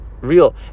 real